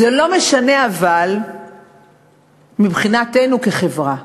אבל זה לא משנה מבחינתנו כחברה,